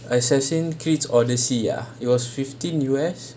assassin's creed odyssey ah it was fifteen U_S